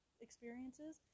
experiences